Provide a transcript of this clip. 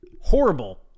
horrible